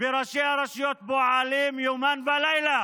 וראשי הרשויות פועלים יומם ולילה